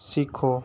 सीखो